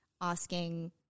asking